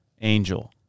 angel